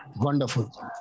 Wonderful